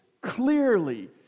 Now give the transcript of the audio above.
clearly